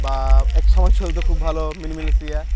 বা এক সময় চলতো খুব ভালো মিনি মিলিসিয়া